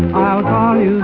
i